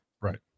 Right